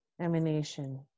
emanation